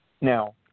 Now